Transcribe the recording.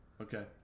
Okay